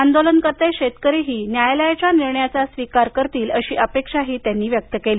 आंदोलनकर्ते शेतकरीही न्यायालयाच्या निर्णयाचा स्वीकार करतील अशी अपेक्षाही त्यांनी व्यक्त केली